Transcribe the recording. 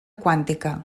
quàntica